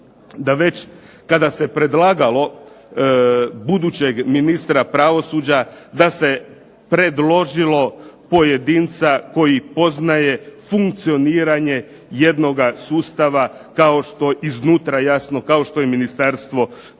da već kada se predlagalo budućeg ministra pravosuđa da se predložilo pojedinca koji poznaje funkcioniranje jednoga sustava, iznutra jasno, kao što je Ministarstvo pravosuđa.